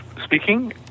speaking